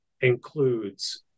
includes